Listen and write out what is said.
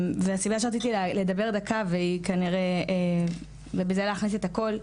והסיבה שרציתי לדבר דקה ובזה להכניס את הכל,